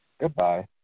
Goodbye